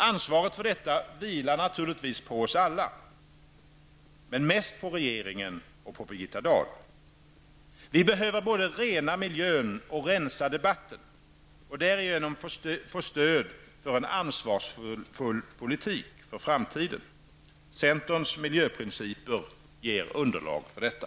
Ansvaret för detta vilar naturligtvis på oss alla, men mest på regeringen och Birgitta Vi behöver både rena miljön och rensa debatten och därigenom få stöd för en ansvarsfull politik för framtiden. Centerns miljöprinciper ger underlag för detta.